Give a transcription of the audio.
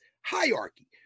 hierarchy